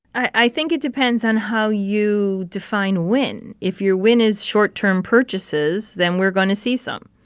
i think it depends on how you define win. if your win is short-term purchases, then we're going to see some.